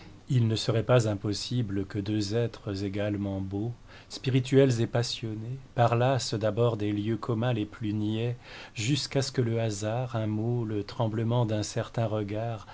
il ne serait pas impossible que deux êtres également beaux spirituels et passionnés parlassent d'abord des lieux communs les plus niais jusqu'à ce que le hasard un mot le tremblement d'un certain regard